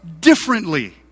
differently